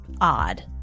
odd